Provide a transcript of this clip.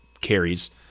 carries